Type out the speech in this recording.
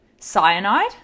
cyanide